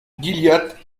gilliatt